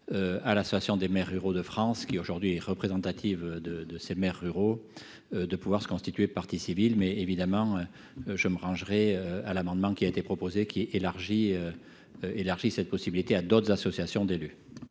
à l'association des maires ruraux de France qui aujourd'hui représentative de de ces maires ruraux de pouvoir se constituer partie civile mais évidemment je me rangerai à l'amendement qui a été proposé, qui est élargie élargi cette possibilité à d'autres associations d'élus.